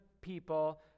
people